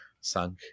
sunk